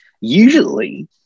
Usually